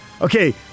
Okay